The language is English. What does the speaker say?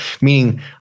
Meaning